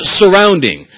surrounding